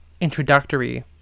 introductory